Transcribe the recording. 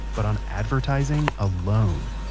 but on advertising alone.